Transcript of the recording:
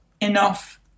enough